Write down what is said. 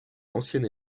ancien